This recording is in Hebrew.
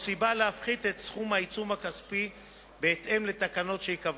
או סיבה להפחית את סכום העיצום הכספי בהתאם לתקנות שייקבעו.